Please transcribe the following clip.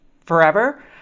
forever